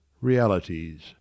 realities